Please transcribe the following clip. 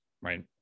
right